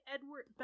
Edward